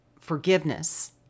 forgiveness